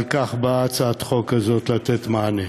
על כך באה הצעת החוק הזו לתת מענה.